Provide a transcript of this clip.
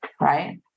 right